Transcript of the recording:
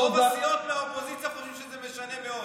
רוב הסיעות מהאופוזיציה חושבות שזה משנה מאוד,